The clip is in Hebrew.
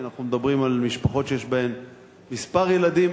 ואם אנחנו מדברים על משפחות שיש בהן כמה ילדים,